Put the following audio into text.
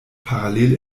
parallel